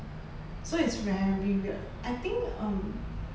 so it's very weird I think um